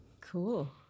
Cool